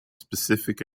specific